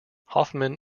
hoffman